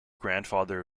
grandfather